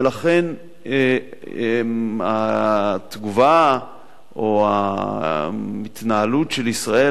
ולכן התגובה או ההתנהלות של ישראל,